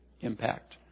impact